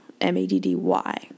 M-A-D-D-Y